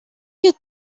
you